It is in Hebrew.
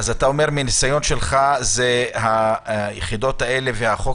אתה אומר שמהניסיון שלך היחידות האלה והחוק